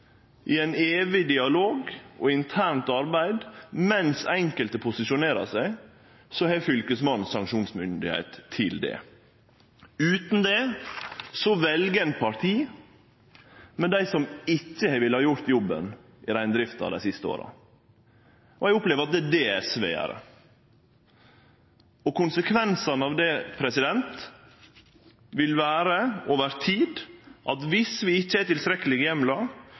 i ein evig dialog og internt arbeid, mens enkelte posisjonerer seg, har Fylkesmannen sanksjonsmyndigheit. Utan det vel ein parti med dei som ikkje har villa gjort jobben i reindrifta dei siste åra, og eg opplever at det er det SV gjer. Konsekvensane av det vil vere – over tid – at viss vi ikkje